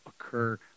occur